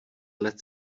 let